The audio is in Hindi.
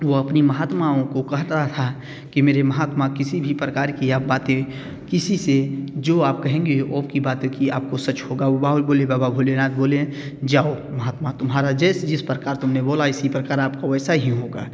वह अपनी महात्माओं को कहता था कि मेरे महात्मा किसी भी प्रकार की आप बातें किसी से जो आप कहेंगे ओ कि बातें की आपको सच होगा वाउल बोले बाबा भोलेनाथ बोलें जाओ महात्मा तुम्हारा जैसे जिस प्रकार तुमने बोला इसी प्रकार आपको वैसा ही होगा